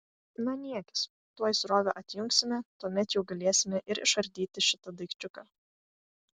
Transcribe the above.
na niekis tuoj srovę atjungsime tuomet jau galėsime ir išardyti šitą daikčiuką